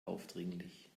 aufdringlich